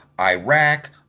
Iraq